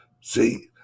See